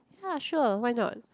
ya sure why not